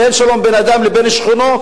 אין שלום בין אדם לבין שכנו,